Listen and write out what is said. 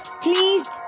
please